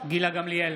גילה גמליאל,